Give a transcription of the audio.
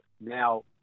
now